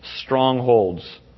strongholds